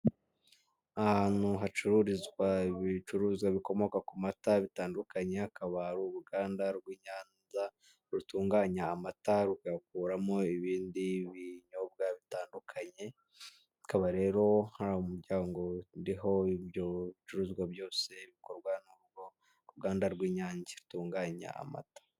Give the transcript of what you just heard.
Ahantu hacururizwa ibicuruzwa bikomoka ku mata, bitandukanye, akaba ari uruganda rw'inyanza rutunganya amata rugakuramo ibindi binyobwa bitandukanye, akaba rero hari umuryango uriho ibyo bicuruzwa byose bikorwa n'urwo ruganda rw'inyange rutunganya amata.